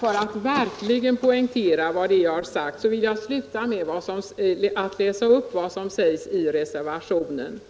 För att verkligen poängtera vad jag har sagt vill jag sluta med att läsa upp vad som sägs i reservationen: